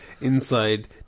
inside